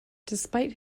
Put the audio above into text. despite